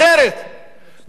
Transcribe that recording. במרכז הארץ,